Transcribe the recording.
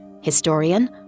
historian